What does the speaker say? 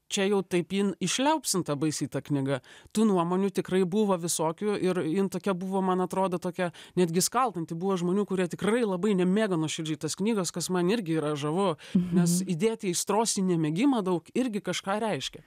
čia jau taip jin išliaupsinta baisiai ta knyga tų nuomonių tikrai buvo visokių ir jin tokia buvo man atrodo tokia netgi skaldanti buvo žmonių kurie tikrai labai nemėgo nuoširdžiai tos knygos kas man irgi yra žavu nes įdėti įstrosti nemėgimą daug irgi kažką reiškia